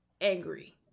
angry